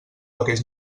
aquells